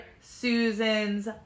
Susan's